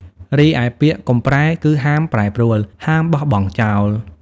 រីឯពាក្យ "កុំប្រែ" គឺហាមប្រែប្រួល ហាមបោះបង់ចោល។